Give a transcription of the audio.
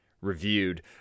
reviewed